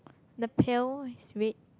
the pail is red